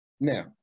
now